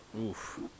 Oof